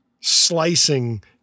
slicing